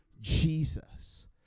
Jesus